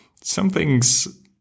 something's